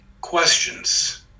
Questions